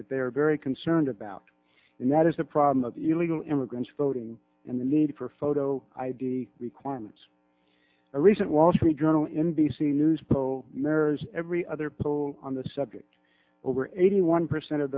that they are very concerned about and that is the problem of illegal immigrants voting in the need for photo id requirements a recent wall street journal n b c news poll mirrors every other people on the subject over eighty one percent of